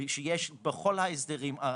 שיש בכל ההסדרים האחרים: